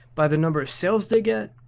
by the number of sales they get?